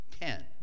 ten